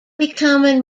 becoming